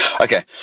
okay